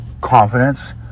confidence